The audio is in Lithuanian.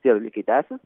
tie dalykai tęsis